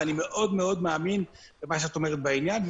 ואני מאוד מאוד מאמין במה שאת אומרת בעניין.